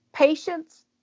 Patients